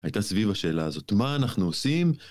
הייתה סביב השאלה הזאת, מה אנחנו עושים?